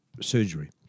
surgery